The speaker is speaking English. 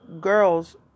girls